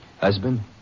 Husband